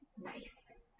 Nice